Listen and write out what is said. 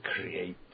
create